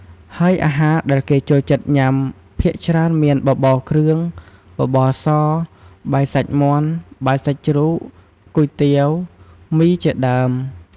ហើយអាហារដែលគេចូលចិត្តញ៉ាំភាគច្រើនមាន បបរគ្រឿង បបរស បាយសាច់មាន់ បាយសាច់ជ្រូក គុយទាវ មី ជាដើម។